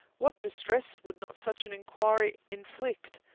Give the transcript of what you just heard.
what distress would not such an enquiry inflict!